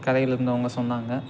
கரையில் இருந்தவங்க சொன்னாங்க